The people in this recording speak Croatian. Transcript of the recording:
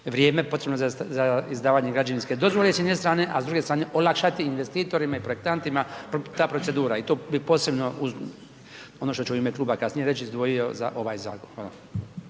vrijeme potrebno za izdavanje građevinske dozvole s jedne strane a s druge strane olakšati investitorima i projektantima ta procedura i to posebno je ono što ću u ime kluba kasnije reć, izdvojio za ovaj zakon.